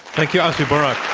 thank you, asi burak.